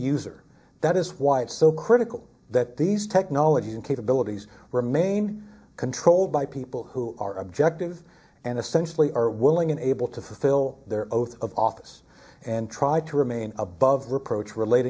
user that is why it's so critical that these technologies and capabilities remain controlled by people who are objective and essentially are willing and able to fulfill their oath of office and try to remain above reproach relat